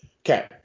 Okay